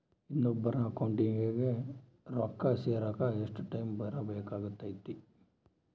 ಇನ್ನೊಬ್ಬರ ಅಕೌಂಟಿಗೆ ರೊಕ್ಕ ಸೇರಕ ಎಷ್ಟು ಟೈಮ್ ಬೇಕಾಗುತೈತಿ?